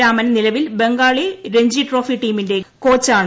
രാമൻ നിലവിൽ ബംഗാളി രഞ്ജി ട്രോഫി ടീമിന്റെ കോച്ചാണ്